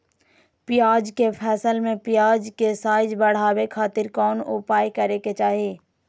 प्याज के फसल में प्याज के साइज बढ़ावे खातिर कौन उपाय करे के चाही?